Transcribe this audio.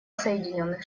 соединенных